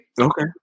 Okay